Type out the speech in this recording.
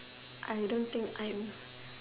I don't think I am